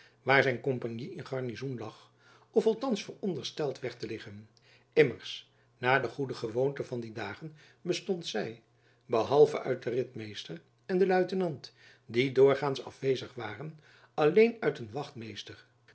waar zijn kompagnie in garnizoen lag of althands verondersteld werd te liggen immers naar de goede gewoonte van die dagen bestond zy behalve uit den ritmeester en den luitenant die doorgaands afwezig waren alleen uit een wachtmeester